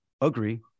agree